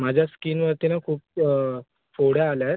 माझ्या स्कीनवरती ना खूप फोड्या आल्या आहेत